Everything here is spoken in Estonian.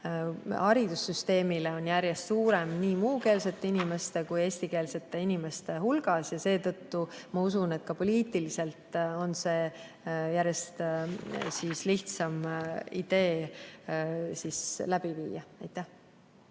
haridussüsteemile on järjest suurem nii muukeelsete inimeste kui ka eestikeelsete inimeste hulgas. Seetõttu ma usun, et ka poliitiliselt on järjest lihtsam see idee ellu viia. Aitäh!